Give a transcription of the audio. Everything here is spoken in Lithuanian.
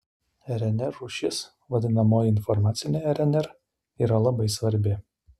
rnr rūšis vadinamoji informacinė rnr yra labai svarbi